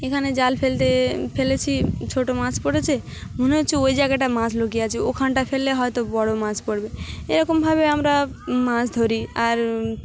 এখানে জাল ফেলতে ফেলেছি ছোটো মাছ পড়েছে মনে হচ্ছে ওই জায়গাটা মাছ লুকিয়ে আছে ওখানটা ফেললে হয়তো বড়ো মাছ পড়বে এরকমভাবে আমরা মাছ ধরি আর